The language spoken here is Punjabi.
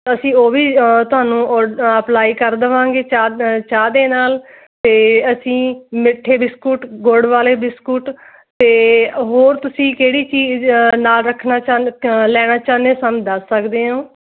ਅਸੀਂ ਉਹ ਵੀ ਤੁਹਾਨੂੰ ਔਡ ਅਪਲਾਈ ਕਰ ਦੇਵਾਂਗੇ ਚਾਹ ਚਾਹ ਦੇ ਨਾਲ ਅਤੇ ਅਸੀਂ ਮਿੱਠੇ ਬਿਸਕੂਟ ਗੁੜ ਵਾਲੇ ਬਿਸਕੁਟ ਅਤੇ ਹੋਰ ਤੁਸੀਂ ਕਿਹੜੀ ਚੀਜ਼ ਨਾਲ ਰੱਖਣਾ ਚਾਨ ਲੈਣਾ ਚਾਹੁੰਦੇ ਸਾਨੂੰ ਦੱਸ ਸਕਦੇ ਹੋ